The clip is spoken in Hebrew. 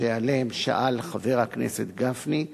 שעליהן שאל חבר הכנסת גפני,